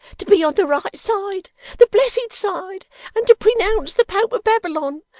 to be on the right side the blessed side and to prenounce the pope of babylon,